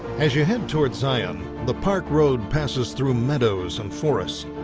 as you head toward zion, the park road passes through meadows and forests.